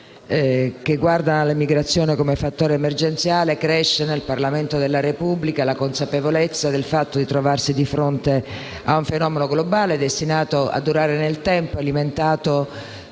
che guardano all'immigrazione come fattore emergenziale, cresce nel Parlamento della Repubblica la consapevolezza di trovarsi di fronte a un fenomeno globale, destinato a durare nel tempo, alimentato